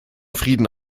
frieden